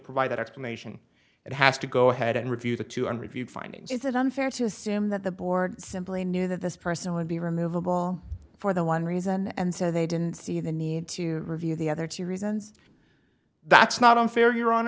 provide that explanation it has to go ahead and review the two and reviewed findings is that unfair to assume that the board simply knew that this person would be removable for the one reason and so they didn't see the need to review the other two reasons that's not unfair your hon